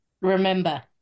Remember